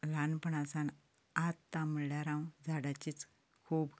ल्हानपणा सावन आतां म्हणल्यार हांव झाडांचीच खूब